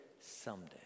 Someday